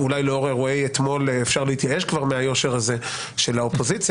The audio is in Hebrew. אולי לאור אירועי אתמול אפשר להתייאש כבר מהיושר הזה של האופוזיציה